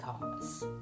cause